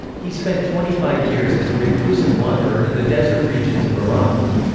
he spent twenty-five years as a reclusive wanderer in the desert regions of iraq.